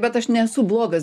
bet aš nesu blogas